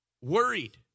worried